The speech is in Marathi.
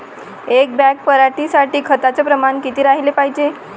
एक बॅग पराटी साठी खताचं प्रमान किती राहाले पायजे?